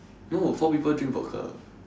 no four people drink vodka